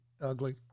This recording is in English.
ugly